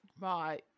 Right